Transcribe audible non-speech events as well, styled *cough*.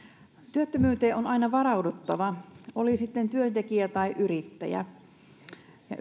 työttömyyteen on aina varauduttava oli sitten työntekijä tai yrittäjä ja *unintelligible*